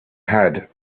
had